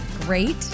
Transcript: Great